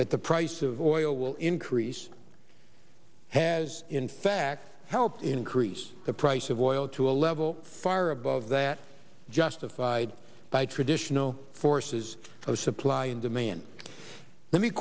that the price of oil will increase has in fact helped increase the price of oil to a level far above that justified by traditional forces of supply and demand let me